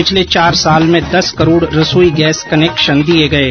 पिछले चार साल में दस करोड़ रसोई गैस कनेक्शन दिये गये